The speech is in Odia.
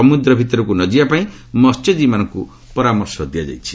ସମୁଦ୍ର ଭିତରକୁ ନ ଯିବାପାଇଁ ମସ୍ୟଜୀବୀମାନଙ୍କୁ ପରାମର୍ଶ ଦିଆଯାଇଛି